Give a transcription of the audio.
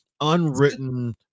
unwritten